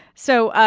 so,